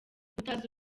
utazi